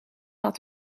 had